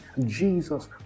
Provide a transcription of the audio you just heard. Jesus